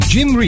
Jim